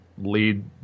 lead